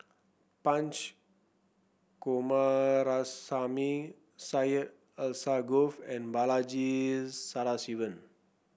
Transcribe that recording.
Punch Coomaraswamy Syed Alsagoff and Balaji Sadasivan